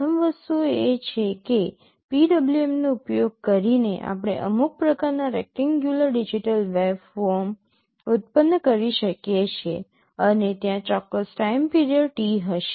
પ્રથમ વસ્તુ એ છે કે PWM નો ઉપયોગ કરીને આપણે અમુક પ્રકારના રેકટેનગ્યુલર ડિજિટલ વેવફોર્મ ઉત્પન્ન કરી શકીએ છીએ અને ત્યાં ચોક્કસ ટાઇમ પીરિયડ T હશે